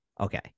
Okay